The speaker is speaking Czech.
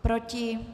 Proti?